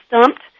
stumped